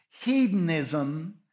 Hedonism